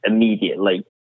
immediately